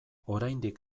oraindik